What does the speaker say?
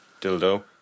Dildo